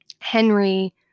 Henry